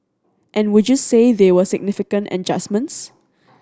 and would you say they were significant adjustments